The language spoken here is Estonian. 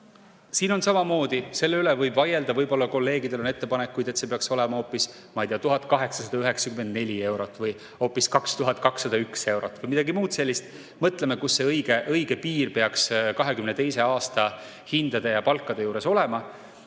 Siin on samamoodi, et selle üle võib vaielda, võib-olla kolleegidel on ettepanekuid, et see peaks olema hoopis, ma ei tea, 1894 eurot või hoopis 2201 eurot või midagi muud sellist. Mõtleme, kus see õige piir peaks 2022. aasta hindade ja palkade juures olema.